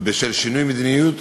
ובשל שינוי מדיניות